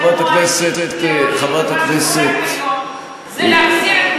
את בתי-הדין הרבניים ממשרד כזה למשרד אחר